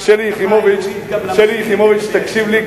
ושלי יחימוביץ תקשיב לי,